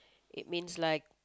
it means like